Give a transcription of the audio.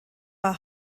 war